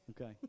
Okay